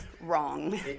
wrong